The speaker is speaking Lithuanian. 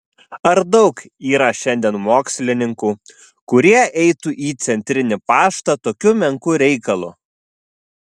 ar daug yra šiandien mokslininkų kurie eitų į centrinį paštą tokiu menku reikalu